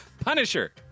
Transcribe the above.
Punisher